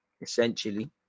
essentially